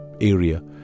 area